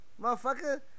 motherfucker